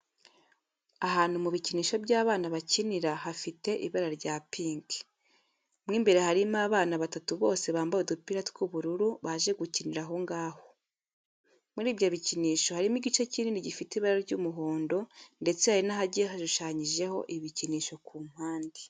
Ahantu mu bikinisho by'abana bakinira, hafite ibara rya pinki, mo imbere harimo abana batatu bose bambaye udupira tw'ubururu baje gukinira aho ngaho. Muri ibyo bikinisho harimo igice kinini gifite ibara ry'umuhondo ndetse hari n'ahagiye hashushanyijeho ibikinisho ku mpande.